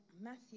Matthew